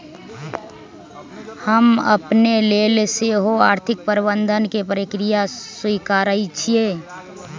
हम अपने लेल सेहो आर्थिक प्रबंधन के प्रक्रिया स्वीकारइ छी